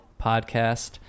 Podcast